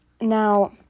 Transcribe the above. Now